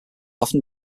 often